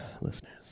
listeners